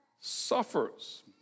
suffers